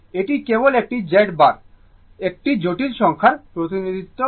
এটি কেবল একটি Z বার সহ একটি জটিল সংখ্যার প্রতিনিধিত্ব করে